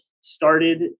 started